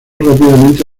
rápidamente